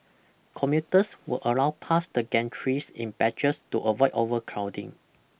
commuters were allowed past the gantries in batches to avoid overcrowding